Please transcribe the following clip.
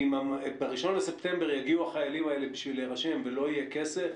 ב-1 בספטמבר יגיעו החיילים האלה כדי להירשם ולא יהיה כסף,